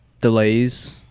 Delays